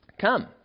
Come